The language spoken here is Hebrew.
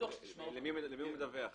למי מדווח ה-GPS?